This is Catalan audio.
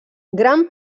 gran